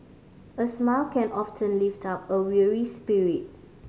a smile can often lift up a weary spirit